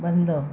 बंद